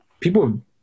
people